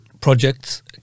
projects